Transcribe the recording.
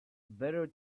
better